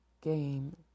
game